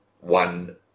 one